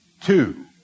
two